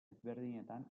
ezberdinetan